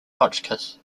hotchkiss